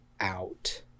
out